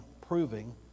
proving